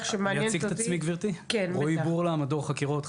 בבתי המעצר.